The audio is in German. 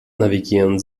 navigieren